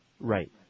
Right